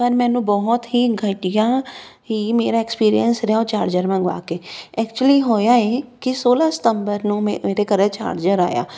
ਪਰ ਮੈਨੂੰ ਬਹੁਤ ਹੀ ਘਟੀਆ ਹੀ ਮੇਰਾ ਐਕਸਪੀਰੀਅੰਸ ਰਿਹਾ ਉਹ ਚਾਰਜਰ ਮੰਗਵਾ ਕੇ ਐਕਚੁਲੀ ਹੋਇਆ ਇਹ ਕਿ ਸੋਲ੍ਹਾਂ ਸਤੰਬਰ ਨੂੰ ਮੈਂ ਮੇਰੇ ਘਰ ਚਾਰਜਰ ਆਇਆ